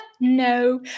no